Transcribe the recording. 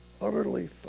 Utterly